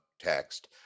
text